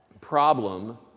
problem